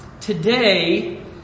today